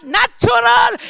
natural